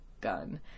gun